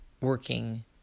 working